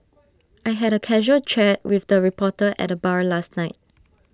I had A casual chat with the reporter at the bar last night